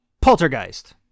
Poltergeist